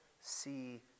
see